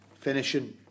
finishing